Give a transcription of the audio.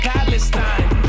Palestine